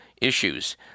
issues